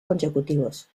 consecutivos